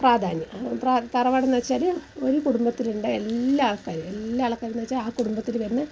പ്രാധാന്യം പ്രാ തറവാടെന്നു വെച്ചാൽ ഒരു കുടുംബത്തിലുള്ള എല്ലാ ആൾക്കാരും എല്ലാ ആൾക്കാരും എന്നു വെച്ചാൽ ആ കുടുംബത്തിൽ വരുന്ന